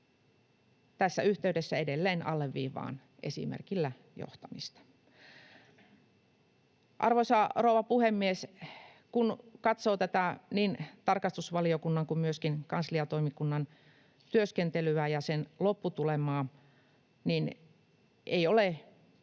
Tässä yhteydessä edelleen alleviivaan esimerkillä johtamista. Arvoisa rouva puhemies! Kun katsoo niin tarkastusvaliokunnan kuin myöskin kansliatoimikunnan työskentelyä ja sen lopputulemaa, niin ei ole